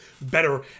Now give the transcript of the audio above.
better